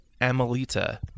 Amelita